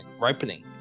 ripening